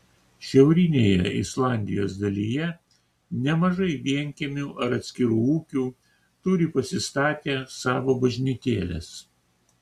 šiaurinėje islandijos dalyje nemažai vienkiemių ar atskirų ūkių turi pasistatę savo bažnytėles